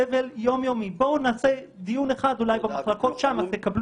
אנחנו רוצים לתת